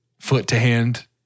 foot-to-hand